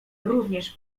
również